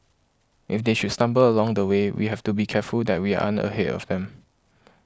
if they should stumble along the way we have to be careful that we aren't ahead of them